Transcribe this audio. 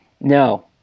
No